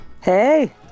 Hey